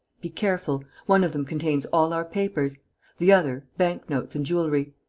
be careful. one of them contains all our papers the other, bank-notes and jewellery.